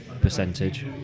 percentage